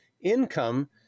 income